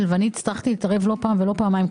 והייתי צריכה להתערב לא פעם ולא פעמיים,